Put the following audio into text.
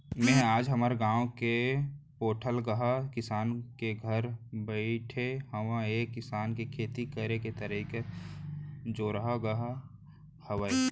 मेंहा आज हमर गाँव के पोठलगहा किसान के घर बइठे हँव ऐ किसान के खेती करे के तरीका जोरलगहा हावय